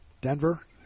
Denver